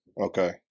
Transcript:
okay